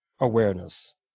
awareness